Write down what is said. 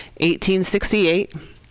1868